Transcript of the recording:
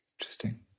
Interesting